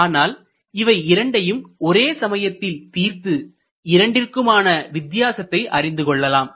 ஆனால் இவை இரண்டையும் ஒரே சமயத்தில் தீர்த்து இரண்டிற்குமான வித்தியாசத்தை அறிந்து கொள்ளலாம்